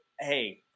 Hey